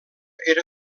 era